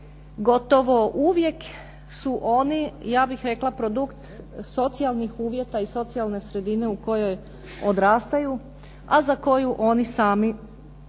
Gotovo uvijek su oni ja bih rekla produkt socijalnih uvjeta i socijalne sredine u kojoj odrastaju, a za koju oni sami nisu